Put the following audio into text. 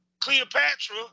Cleopatra